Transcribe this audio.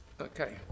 Okay